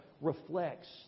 reflects